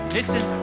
Listen